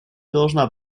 должна